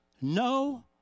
no